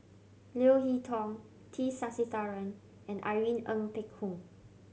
Leo Hee Tong T Sasitharan and Irene Ng Phek Hoong